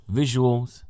visuals